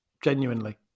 genuinely